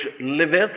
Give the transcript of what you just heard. liveth